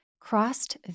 Crossed